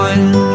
One